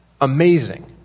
amazing